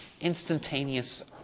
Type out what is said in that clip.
instantaneous